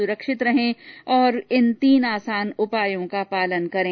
सुरक्षित रहें और इन तीन आसान उपायों का पालन करें